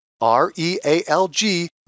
R-E-A-L-G